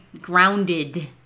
grounded